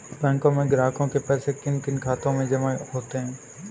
बैंकों में ग्राहकों के पैसे किन किन खातों में जमा होते हैं?